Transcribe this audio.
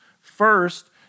First